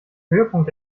höhepunkt